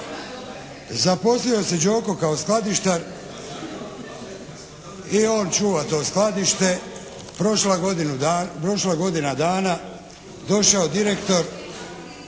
Zaposlio se Đoko kao skladištar i on čuva to skladište. Prošla godina dana, došao direktor,